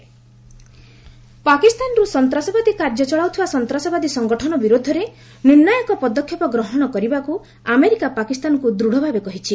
US Pak Pulwama attack ପାକିସ୍ତାନରୁ ସନ୍ତ୍ରାସବାଦୀ କାର୍ଯ୍ୟ ଚଳାଉଥିବା ସନ୍ତାସବାଦୀ ସଙ୍ଗଠନ ବିରୁଦ୍ଧରେ ନିର୍ଣ୍ଣାୟକ ପଦକ୍ଷେପ ଗ୍ରହଣ କରିବାକୁ ଆମେରିକା ପାକିସ୍ତାନକୁ ଦୂଢ଼ ଭାବେ କହିଛି